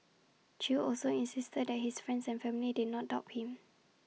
chew also insisted that his friends and family did not doubt him